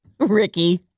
Ricky